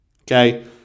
Okay